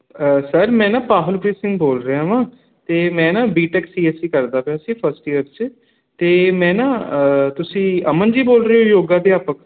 sir ਮੈਂ ਨਾ ਪਾਹਲਪ੍ਰੀਤ ਸਿੰਘ ਬੋਲ ਰਿਹਾ ਵਾਂ ਅਤੇ ਮੈਂ ਨਾ ਬੀਟੈਕ ਸੀ ਐਸ ਸੀ ਕਰਦਾ ਪਿਆ ਸੀ ਫਸਟ ਈਅਰ 'ਚ ਅਤੇ ਮੈਂ ਨਾ ਤੁਸੀਂ ਅਮਨ ਜੀ ਬੋਲ ਰਹੇ ਹੋ ਯੋਗਾ ਅਧਿਆਪਕ